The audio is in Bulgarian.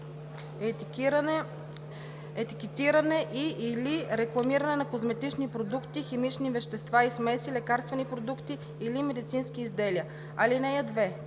етикетиране и/или рекламиране на козметични продукти, химични вещества и смеси, лекарствени продукти или медицински изделия. (2)